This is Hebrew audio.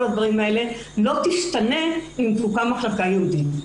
הדברים האלה לא תשתנה אם תוקם מחלקה ייעודית.